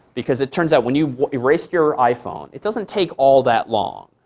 because it turns out when you erased your iphone, it doesn't take all that long.